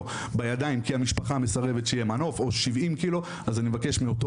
בידיים כי המשפחה אסרה שיהיה מנוף או שבעים ק"ג אז אני מבקש מאותו